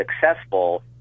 successful